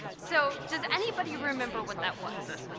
so does anybody remember what that was?